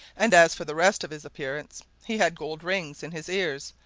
and as for the rest of his appearance, he had gold rings in his ears,